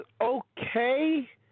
okay